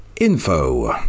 Info